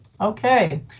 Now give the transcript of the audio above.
Okay